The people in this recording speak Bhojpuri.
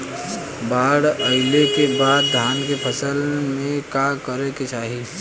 बाढ़ आइले के बाद धान के फसल में का करे के चाही?